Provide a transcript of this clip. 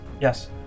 yes